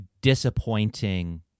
disappointing